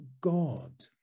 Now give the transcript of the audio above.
God